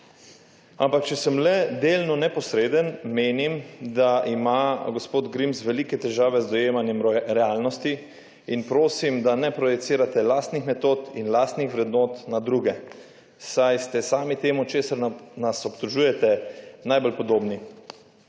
Ampak, če sem le delno neposreden menim, da ima gospod Grims velike težave z dojemanjem realnosti in prosim, da ne projecirate lastnih metod in lastnih vrednot na druge, saj ste sami temu česar nas obtožujete, najbolj podobni.